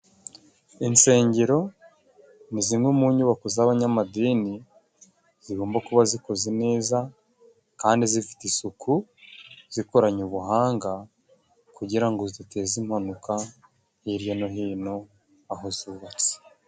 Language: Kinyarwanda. Insengero ni zimwe mu nyubako z'abanyamadini zigomba kuba zikoze neza, kandi zifite isuku, zikoranye ubuhanga kugira ngo ziteze impanuka hirya no hino aho zubatse.